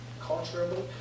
culturally